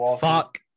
fuck